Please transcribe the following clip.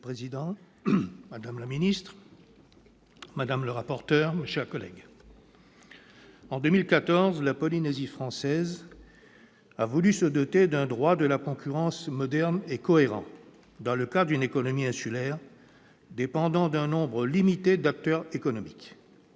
madame la ministre, madame la rapporteur, mes chers collègues, en 2014, la Polynésie française a voulu se doter d'un droit de la concurrence moderne et cohérent, dans le cadre d'une économie insulaire dépendant d'un nombre limité d'acteurs économiques.